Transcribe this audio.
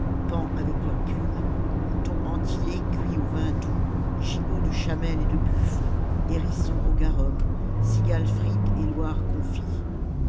paons avec leurs plumes moutons entiers cuits au vin doux gigots de chamelles et de buffles hérissons au garum cigales frites et loirs confits